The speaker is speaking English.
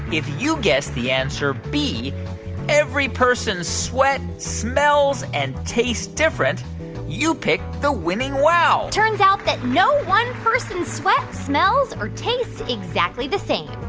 if you guessed the answer b every person's sweat smells and tastes different you picked the winning wow turns out that no one person's sweat smells or tastes exactly the same.